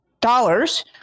dollars